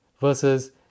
versus